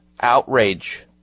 Outrage